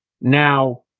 Now